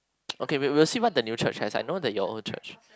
okay we will we will see what the new church has I know that your old church